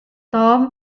tom